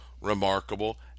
remarkable